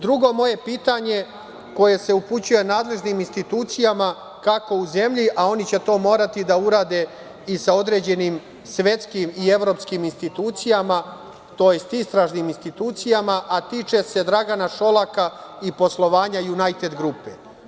Drugo moje pitanje koje se upućuje nadležnim institucijama, kako u zemlji, a oni će to morati da urade i sa određenim svetskim i evropskim institucijama, tj. istražnim institucijama, a tiče se Dragana Šolaka i poslovanja „Junajted grupe“